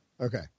Okay